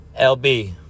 LB